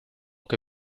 que